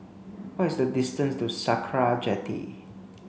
what is the distance to Sakra Jetty